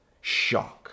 shock